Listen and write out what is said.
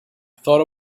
thought